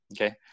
Okay